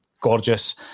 gorgeous